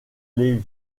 les